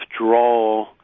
withdrawal